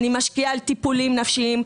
אני משקיעה על טיפולים נפשיים,